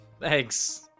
Thanks